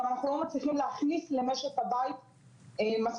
אנחנו לא מצליחים להכניס למשק הבית משכורות.